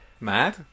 Mad